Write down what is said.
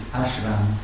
ashram